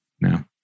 now